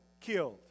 killed